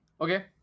Okay